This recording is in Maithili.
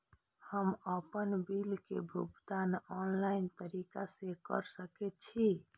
हम आपन बिल के भुगतान ऑनलाइन तरीका से कर सके छी?